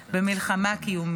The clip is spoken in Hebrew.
במלחמה קיומית.